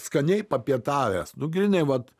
skaniai papietavęs nu grynai vat